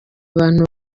bantu